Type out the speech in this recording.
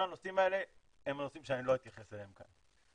כל הנושאים האלה הם נושאים שאני לא אתייחס אליהם כאן.